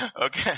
Okay